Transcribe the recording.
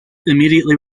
immediately